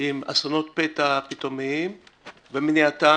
עם אסונות פתע פתאומיים ומניעתם.